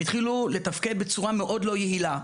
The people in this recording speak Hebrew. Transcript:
הן התחילו לתפקד בצורה מאוד לא יעילה,